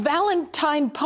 Valentine